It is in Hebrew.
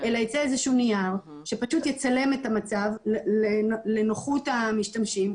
אלא ייצא איזה שהוא נייר שפשוט יצלם את המצב לנוחות המשתמשים.